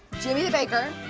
jimmy the baker,